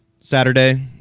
Saturday